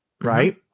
right